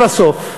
ולבסוף,